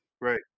right